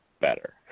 better